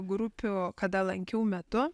grupių kada lankiau metu